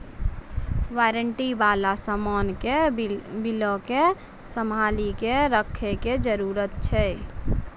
warranty बाला समान के बिलो के संभाली के रखै के जरूरत छै